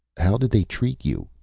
how did they treat you?